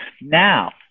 now